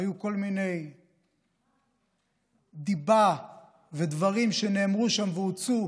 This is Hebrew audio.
והיו כל מיני דיבה ודברים שנאמרו שם והוצאו